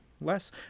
less